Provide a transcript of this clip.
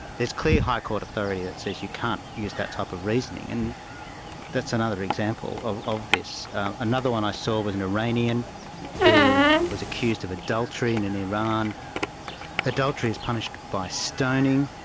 there's clear high court authority that says you can't use that type of reasoning. and that's another example of of this. another one i saw was an iranian who was accused of adultery, and in iran adultery is punished by stoning,